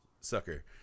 Sucker